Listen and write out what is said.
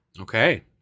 Okay